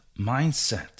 mindset